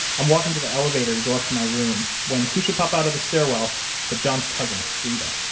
i'm walking to the elevator to go up to my room when, who should pop out of the stairwell but john's cousin, reta.